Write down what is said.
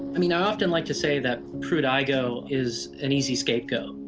i mean i often like to say that pruitt-igoe is an easy scapegoat.